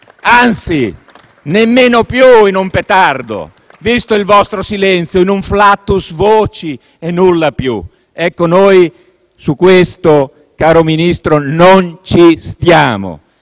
Anzi, nemmeno più in un petardo, visto il vostro silenzio, ma in un *flatus vocis* e nulla più. Ecco su questo, caro Ministro, non ci stiamo,